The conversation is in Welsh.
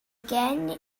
gen